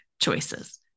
choices